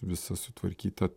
visa sutvarkyta